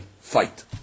fight